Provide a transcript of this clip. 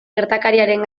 gertakariaren